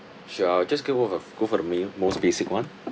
sure I'll just get go for the go for the main most basic [one]